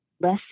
less